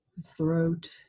throat